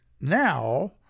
now